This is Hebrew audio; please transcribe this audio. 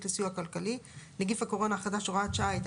לסיוע כלכלי (נגיף קורונה החדש) (הוראת שעה) (מס' 3),